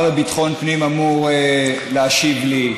והשר לביטחון פנים אמור להשיב לי.